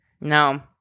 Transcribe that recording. No